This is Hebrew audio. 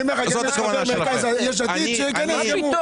אם יש מישהו ממרכז יש עתיד, שייכנס גם הוא.